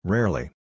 Rarely